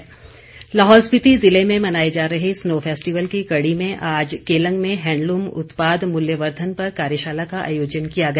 हस्तशिल्प लाहौल स्पिति जिले में मनाए जा रहे स्नो फैस्टिवल की कड़ी में आज केलंग में हैंडलूम उत्पाद मूल्यवर्धन पर कार्यशाला का आयोजन किया गया